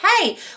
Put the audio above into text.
hey